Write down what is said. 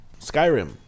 Skyrim